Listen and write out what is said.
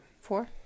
four